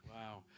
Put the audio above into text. wow